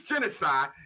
genocide